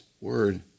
word